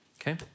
Okay